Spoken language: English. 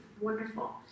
wonderful